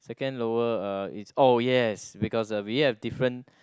second lower uh is oh yes because uh we have different